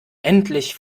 endlich